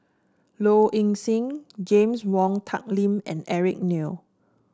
Low Ing Sing James Wong Tuck Yim and Eric Neo